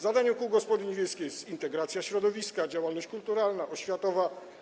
Zadaniem kół gospodyń wiejskich jest integracja środowiska, działalność kulturalna, oświatowa.